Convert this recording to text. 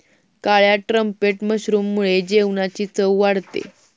काळ्या ट्रम्पेट मशरूममुळे जेवणाची चव वाढते